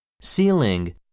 Ceiling